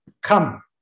Come